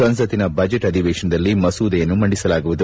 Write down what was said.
ಸಂಸತ್ತಿನ ಬಜೆಟ್ ಅಧಿವೇಶನದಲ್ಲಿ ಮಸೂದೆಯನ್ನು ಮಂಡಿಸಲಾಗುವುದು